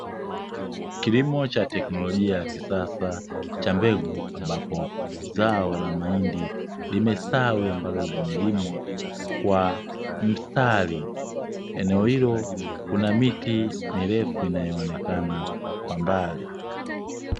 Kilimo cha teknolojia ya kisasa cha mbegu, ambapo zao la mahindi limestawi ambalo limelimwa kwa mstari. Eneo hilo kuna miti mirefu inayoonekana kwa mbali.